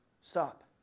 stop